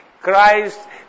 Christ